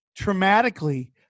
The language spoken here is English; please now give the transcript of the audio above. traumatically